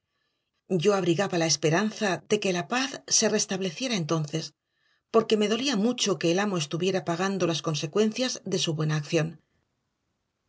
yo abrigaba la esperanza de que la paz se restableciera entonces porque me dolía mucho que el amo estuviera pagando las consecuencias de su buena acción